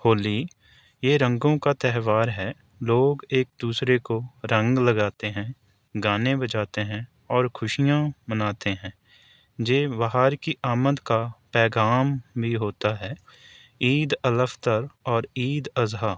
ہولی یہ رنگوں کا تہوار ہے لوگ ایک دوسرے کو رنگ لگاتے ہیں گانے بجاتے ہیں اور خوشیاں مناتے ہیں یہ بہار کی آمد کا پیغام بھی ہوتا ہے عید الفطر اور عید الاضحیٰ